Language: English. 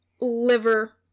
liver